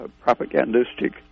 propagandistic